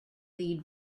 lead